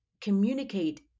communicate